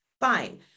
fine